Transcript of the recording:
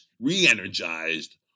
re-energized